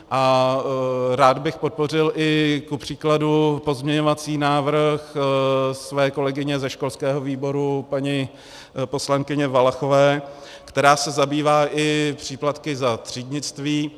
A rád bych podpořil i kupříkladu pozměňovací návrh své kolegyně ze školského výboru, paní poslankyně Valachové, která se zabývá i příplatky za třídnictví.